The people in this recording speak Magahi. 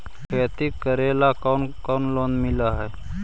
खेती करेला कौन कौन लोन मिल हइ?